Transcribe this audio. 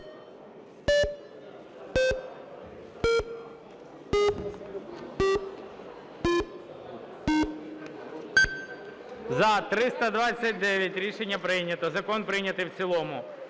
За-329 Рішення прийнято. Закон прийнятий в цілому.